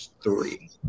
three